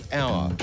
hour